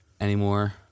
anymore